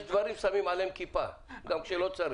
יש דברים ששמים עליהם כיפה גם כשלא צריך.